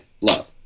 love